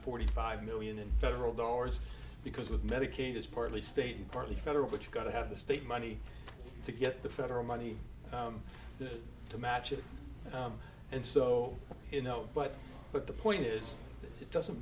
forty five million in federal dollars because with medicaid is partly state and partly federal but you've got to have the state money to get the federal money to match it and so you know but but the point is it doesn't